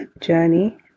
journey